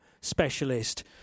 specialist